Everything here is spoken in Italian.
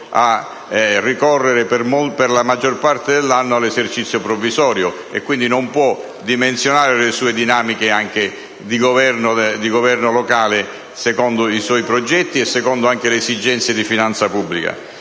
a ricorrere per la maggior parte dell'anno all'esercizio provvisorio, e che quindi non può dimensionare le sue dinamiche anche di governo locale secondo i suoi progetti e secondo le esigenze di finanza pubblica.